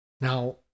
Now